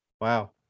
Wow